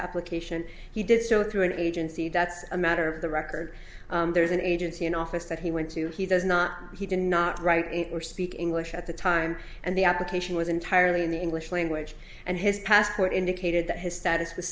application he did so through an agency that's a matter of the record there is an agency an office that he went to he does not he did not write or speak english at the time and the application was entirely in the english language and his passport indicated that his status